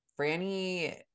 Franny –